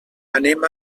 anem